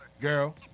girl